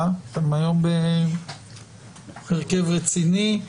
אתן היום בהרכב רציני,